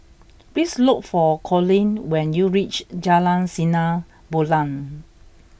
please look for Conley when you reach Jalan Sinar Bulan